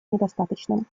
недостаточным